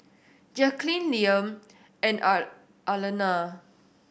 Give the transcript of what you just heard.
Jacqulyn Liam and are Arlena